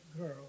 girl